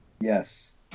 Yes